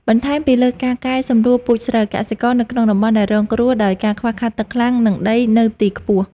បន្ថែមពីលើការកែសម្រួលពូជស្រូវ កសិករនៅក្នុងតំបន់ដែលរងគ្រោះដោយការខ្វះខាតទឹកខ្លាំង និងដីនៅទីខ្ពស់។